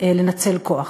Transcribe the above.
לנצל כוח.